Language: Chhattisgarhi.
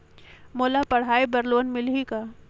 मोला पढ़ाई बर लोन मिलही का?